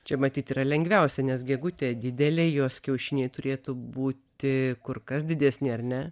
čia matyt yra lengviausia nes gegutė didelė jos kiaušiniai turėtų būti kur kas didesni ar ne